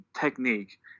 technique